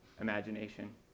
imagination